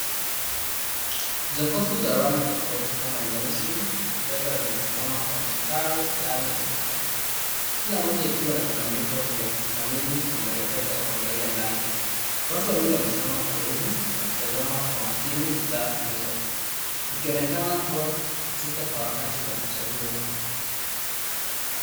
Jokofu za rangi tofauti kama nyeusi na fedha zimesimama kwa mstari ndani ya duka kila moja kikiwa na vibandiko vya kuthamini na maelekezo ya kuangalia ndani. Watu wawili wamesimama karibu wakitazama kwa makini bidhaa hizo wakionekana kuwa katika harakati za kuchagua.